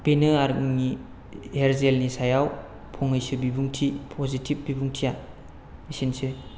बेनो आंनि hair gel नि सायाव फंनैसो बिबुंथि पजिटिभ बिबुंथिया एसेनोसै